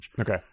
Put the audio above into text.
Okay